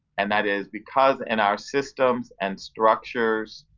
and that is because in our systems and structures,